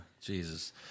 Jesus